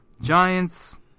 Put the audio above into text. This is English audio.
Giants